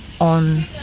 on